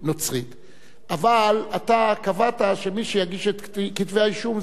אבל אתה קבעת שמי שיגיש את כתבי האישום זה היועץ המשפטי לממשלה.